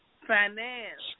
Finance